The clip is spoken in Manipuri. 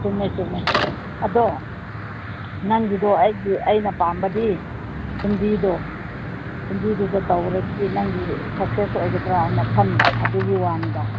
ꯆꯨꯝꯃꯦ ꯆꯨꯝꯃꯦ ꯑꯗꯣ ꯅꯪꯒꯤꯗꯣ ꯑꯩꯒꯤ ꯑꯩꯅ ꯄꯥꯝꯕꯗꯤ ꯍꯤꯟꯗꯤꯗꯣ ꯍꯤꯟꯗꯤꯗꯨꯗ ꯇꯧꯔꯗꯤ ꯅꯪꯒꯤ ꯁꯛꯁꯦꯁ ꯑꯣꯏꯒꯗ꯭ꯔ ꯍꯥꯏꯅ ꯈꯟꯕ ꯑꯗꯨꯒꯤ ꯋꯥꯅꯤꯗ